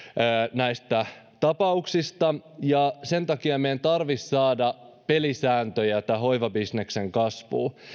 näistä tapauksista ja sen takia meidän tarvitsisi saada pelisääntöjä hoivabisnekseen kasvuun